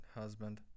husband